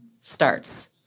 starts